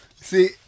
See